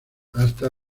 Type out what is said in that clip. hasta